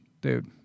Dude